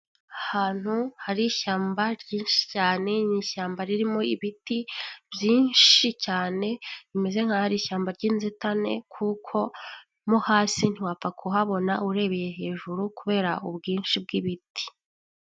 Aantu hari ishyamba ryinshi cyane ni ishyamba ririmo ibiti byinshi cyane bimeze nk'aho ari ishyamba ry'inzitane kuko mo hasi ntiwapfa kuhabona urebeye hejuru kubera ubwinshi bw'ibiti.